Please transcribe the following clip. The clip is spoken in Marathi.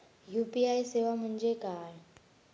यू.पी.आय सेवा म्हणजे काय?